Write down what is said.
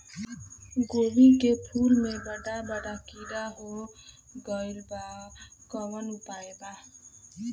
गोभी के फूल मे बड़ा बड़ा कीड़ा हो गइलबा कवन उपाय बा?